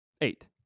Eight